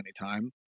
anytime